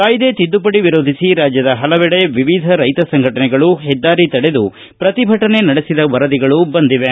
ಕಾಯ್ದೆ ತಿದ್ದುಪಡಿ ವಿರೋಧಿಸಿ ರಾಜ್ಯದ ಹಲವೆಡೆ ವಿವಿಧ ರೈತ ಸಂಘಟನೆಗಳು ಹೆದ್ದಾರಿ ತಡೆದು ಪ್ರತಿಭಟನೆ ನಡೆಸಿದ ವರದಿಗಳು ಬಂದಿವೆ